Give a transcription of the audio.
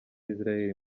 israel